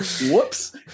whoops